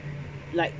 like